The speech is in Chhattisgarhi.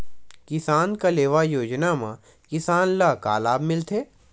किसान कलेवा योजना म किसान ल का लाभ मिलथे?